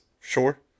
sure